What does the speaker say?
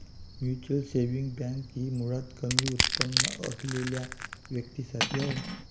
mutual saving bank ही मुळात कमी उत्पन्न असलेल्या व्यक्तीं साठी आहे